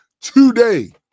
Today